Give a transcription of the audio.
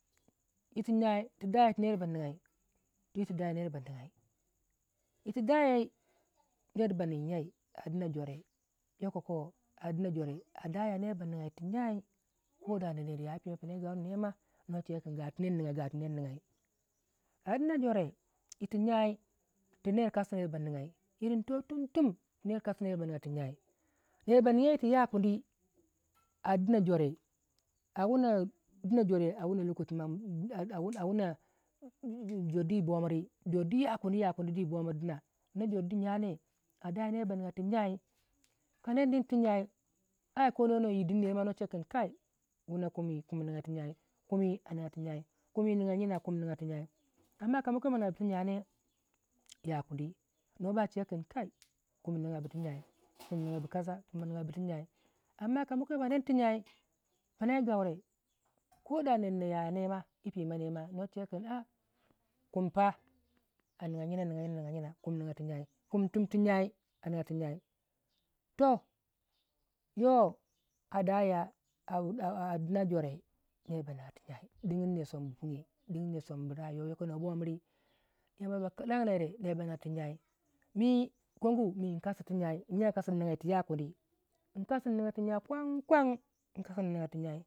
yiti gyai, adaya ner ba nigya twii tu da ya ner ba nigyai yiti dayai ner ba ninyei a dina jore yokoko a daya ner ba niga yir tu gyai kodana ner pima pina yi gaure ne ma no chewekin ga yir tu ner niga ga yirtu ner nigyai a dina jore yiti jyai tu ner kasi yo ba niga yirigyi to tum tum ner kasi kin yo ba nigya tu jyai nerba nigyi yirtu ya kunni a dina jore a wuna lokaci a wuna jore du yi bo miri jor dwii ya kuni ya kuni yibomiri dina jor di yakuni ada ner ba nigya tu jyai ka ner nin tu jyai a kona yidin ner ma noba che kin kai wuna kumi kumi nigy tu jyai kumi a nigya tu jyai kumi niga jyina kumi a niga tu jyai amma kama kwai ma nigyabu tu jyai ne ya kundi no ba che kin kai kumi nigyabu kasa kumi niga bu tujyai amma kabu kwai bu nin tu jyai pina yi gaure ko da ner na ya merma yi pima nema no chewekin kin a kumi pa anigya yina nigya yina kumi niga tu jyai kumi a tun tu jyai a niga tu jyai toh yo adaya a dina jore adaya ner ba nigya tu jyai digin ner som bu pwuge din ner som bu rayuwa wu yoko no bomiri yamba ba kalagya ner ne ner ba nigya tu jyai mii kongu mii kasi tu jyai yiya kasi nnigya yirtu yakuni nkasi nnigya tu jyai kwan kwan nkasi nnigya tu jyai